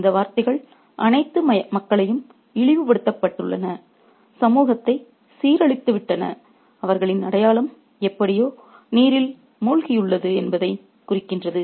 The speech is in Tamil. இந்த வார்த்தைகள் அனைத்து மக்களையும் இழிவுபடுத்தப்பட்டுள்ளன சமூகத்தைச் சீரழிந்துவிட்டன அவர்களின் அடையாளம் எப்படியோ நீரில் மூழ்கியுள்ளது என்பதைக் குறிக்கிறது